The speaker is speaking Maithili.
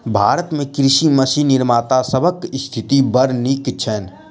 भारत मे कृषि मशीन निर्माता सभक स्थिति बड़ नीक छैन